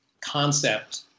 concept